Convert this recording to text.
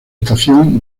estación